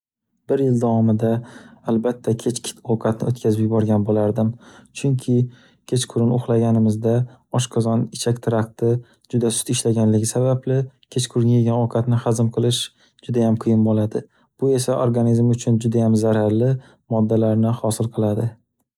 Bir yil davomida albatta kechki ovqatni o'tkazib yuborgan bo'lardim, chunki kechqurun uxlaganimizda oshqozon ichak trakti juda sust ishlaganligi sababli kechqurgan yegan ovqatni hazm qilish juda ham qiyin bo'ladi, bu esa organizm uchun juda ham zararli moddalarni hosil qiladi.